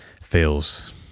feels